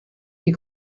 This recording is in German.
die